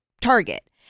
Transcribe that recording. target